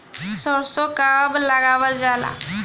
सरसो कब लगावल जाला?